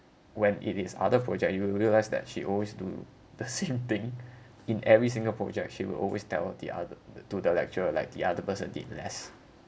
when it is other project you will realise that she always do the same thing in every single project she will always tell the other the to the lecturer like the other person did less